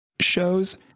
shows